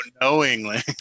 knowingly